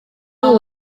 ubu